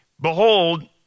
Behold